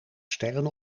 sterren